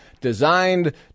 designed